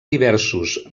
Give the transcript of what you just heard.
diversos